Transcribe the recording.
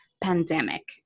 pandemic